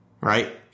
right